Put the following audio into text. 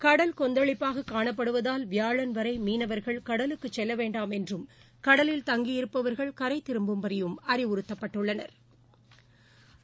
கடல் கொந்தளிப்பாக காணப்படுவதால் வியாழன் வரை மீனவர்கள் கடலுக்கு செல்லவேண்டாம் என்றும் கடலில் தங்கியிருப்பவா்கள் கரை திரும்பும்படியும் அறிவுறுத்தப்பட்டுள்ளனா்